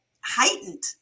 heightened